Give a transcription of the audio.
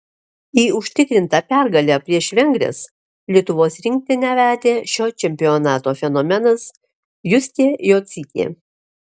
į užtikrintą pergalę prieš vengres lietuvos rinktinę vedė šio čempionato fenomenas justė jocytė